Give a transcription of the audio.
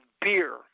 beer